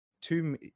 two